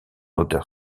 auteur